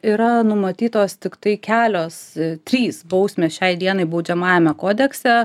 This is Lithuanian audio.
yra numatytos tiktai kelios trys bausmės šiai dienai baudžiamajame kodekse